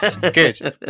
Good